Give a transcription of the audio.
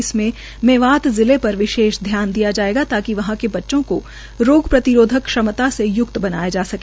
इसमें मेवता जिले पर विशेष ध्यान दिया जाएगा ताक वहां के बच्चों को प्रतिरोधक क्षमता से य्क्त बनाया जा सके